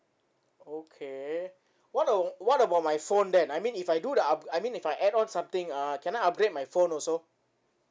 okay what a~ what about my phone then I mean if I do the up~ I mean if I add on something uh can I upgrade my phone also